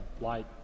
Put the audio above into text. light